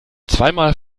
zweimal